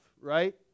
right